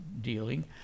dealing